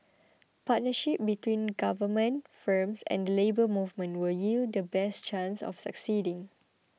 partnership between government firms and the Labour Movement will yield the best chance of succeeding